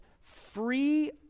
free